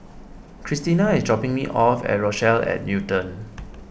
Cristina is dropping me off at Rochelle at Newton